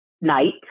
night